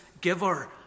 giver